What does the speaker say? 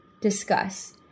Discuss